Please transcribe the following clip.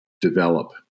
develop